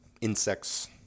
insects